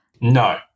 No